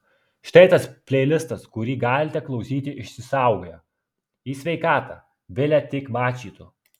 štai tas pleilistas kurį galite klausyti išsisaugoję į sveikatą bile tik mačytų